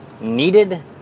needed